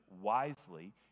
wisely